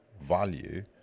value